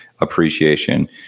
appreciation